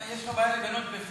מה, יש לך בעיה לגנות בפועל?